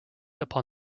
upon